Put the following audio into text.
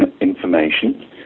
information